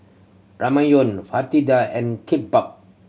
Ramyeon Fritada and Kimbap